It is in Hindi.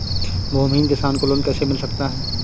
भूमिहीन किसान को लोन कैसे मिल सकता है?